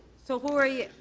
so when sorry.